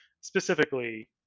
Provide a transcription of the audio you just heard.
specifically